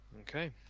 Okay